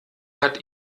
hat